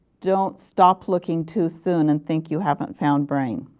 don't stop looking too soon and think you haven't found brain.